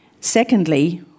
secondly